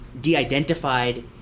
de-identified